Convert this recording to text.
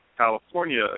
California